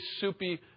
soupy